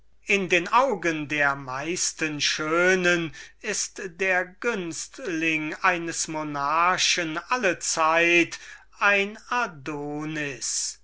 in den augen der meisten schönen ist der günstling eines monarchen allezeit ein